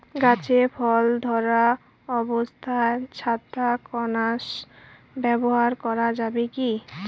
গাছে ফল ধরা অবস্থায় ছত্রাকনাশক ব্যবহার করা যাবে কী?